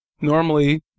normally